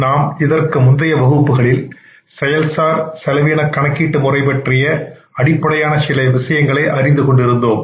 நாம் இதற்கு முந்தைய வகுப்புகளில் செயல்சார் செலவின கணக்கீட்டு முறையை பற்றி அடிப்படையான சில விஷயங்களை அறிந்து கொண்டிருந்தோம்